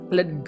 Let